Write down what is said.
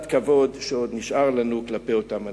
הכבוד שעוד נשאר לנו כלפי אותם אנשים.